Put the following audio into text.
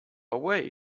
away